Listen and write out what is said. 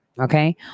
Okay